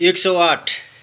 एक सौ आठ